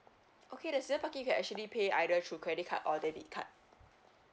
okay the season parking you can actually pay either through credit card or debit card